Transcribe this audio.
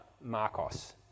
Marcos